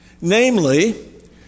Namely